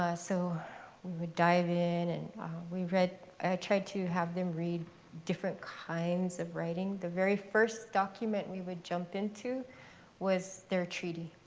so we would dive in. and we read. i tried to have them read different kinds of writing. the very first document we would jump into was their treaty.